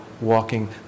walking